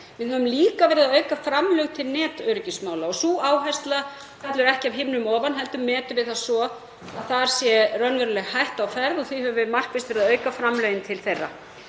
Við höfum líka verið að auka framlög til netöryggismála. Sú áhersla fellur ekki af himnum ofan heldur metum við það svo að þar sé raunveruleg hætta á ferð og því höfum við markvisst verið að auka framlögin til þeirra.